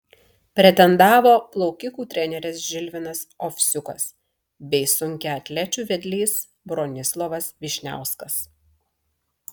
pretendavo plaukikų treneris žilvinas ovsiukas bei sunkiaatlečių vedlys bronislovas vyšniauskas